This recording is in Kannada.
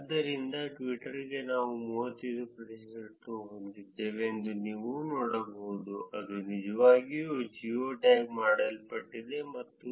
ಆದ್ದರಿಂದ ಟ್ವಿಟರ್ಗೆ ನಾವು 35 ಪ್ರತಿಶತವನ್ನು ಹೊಂದಿದ್ದೇವೆ ಎಂದು ನೀವು ನೋಡಬಹುದು ಟ್ವಿಟರ್ ಎಲ್ಲಿದೆ ಆದ್ದರಿಂದ ಟ್ವಿಟರ್ ನೀಲಿ ರೇಖೆಯಾಗಿದೆ ನೀಲಿ ರೇಖೆಯು ಇಲ್ಲಿದೆ 0 ಗೆ ಸಮಾನವಾದ ಅಂತರವನ್ನು ಹೊಂದಿರುವ 35 ಪ್ರತಿಶತ ಅನುಮಾನಗಳು